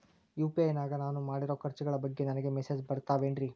UPI ನಾಗ ನಾನು ಮಾಡಿರೋ ಖರ್ಚುಗಳ ಬಗ್ಗೆ ನನಗೆ ಮೆಸೇಜ್ ಬರುತ್ತಾವೇನ್ರಿ?